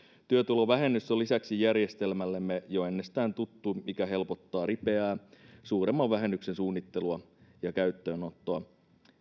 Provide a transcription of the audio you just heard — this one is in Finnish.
työtulovähennys on lisäksi järjestelmällemme jo ennestään tuttu mikä helpottaa ripeää suuremman vähennyksen suunnittelua ja käyttöönottoa